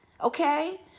Okay